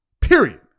Period